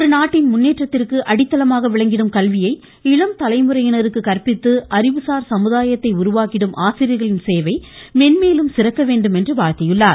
ஒரு நாட்டின் முன்னேற்றத்திற்கு அடித்தளமாக விளங்கிடும் கல்வியை இளம் தலைமுறையினருக்கு கற்பித்து அறிவுசார் சமுதாயத்தை உருவாக்கிடும் ஆசிரியர்களின் சேவை மென்மேலும் சிறக்க வேண்டும் என்று அவர் வாழ்த்தியுள்ளார்